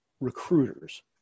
recruiters